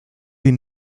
sie